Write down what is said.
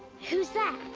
who's that?